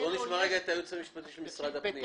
בואו נשמע את הייעוץ המשפטי של משרד הפנים.